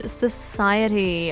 society